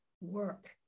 work